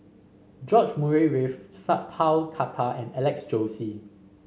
George Murray Reith Sat Pal Khattar and Alex Josey